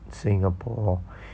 singapore